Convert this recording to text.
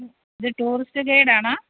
ഇത് ടൂറിസ്റ്റ് ഗെയ്ഡാണോ